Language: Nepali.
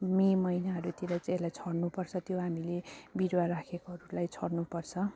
मे महिनाहरूतिर चाहिँ यसलाई छर्नुपर्छ त्यो हामीले बिरुवा राखेकोहरूलाई छर्नुपर्छ